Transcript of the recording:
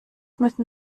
müssen